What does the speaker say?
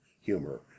humor